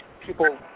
people